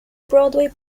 broadway